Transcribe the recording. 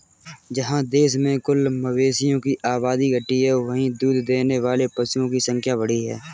जहाँ देश में कुल मवेशियों की आबादी घटी है, वहीं दूध देने वाले पशुओं की संख्या बढ़ी है